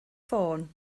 ffôn